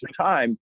time